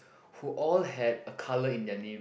who all have a colour in their name